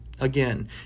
Again